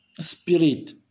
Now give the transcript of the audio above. Spirit